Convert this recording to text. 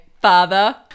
father